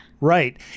right